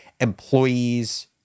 employees